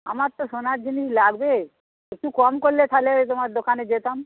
আমার তো সোনার জিনিস লাগবে একটু কম করলে তাহলে তোমার দোকানে যেতাম